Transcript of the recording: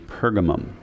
Pergamum